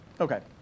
Okay